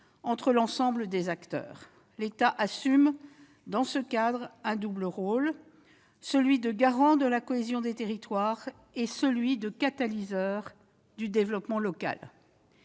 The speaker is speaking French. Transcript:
entre l'ensemble des acteurs. L'État assume, dans ce cadre, un double rôle de garant de la cohésion des territoires et de catalyseur du développement local.